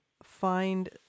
find